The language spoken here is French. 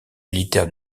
militaire